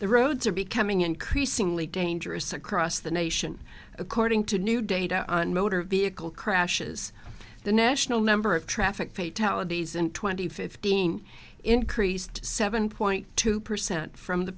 the roads are becoming increasingly dangerous across the nation according to new data on motor vehicle crashes the national number of traffic fatalities in twenty fifteen increased seven point two percent from the